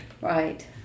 Right